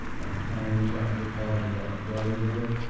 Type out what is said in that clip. by the time we got to the bottom of that gully, there?